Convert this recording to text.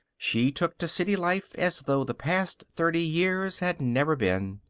she took to city life as though the past thirty years had never been.